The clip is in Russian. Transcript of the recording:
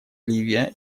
ливия